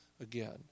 again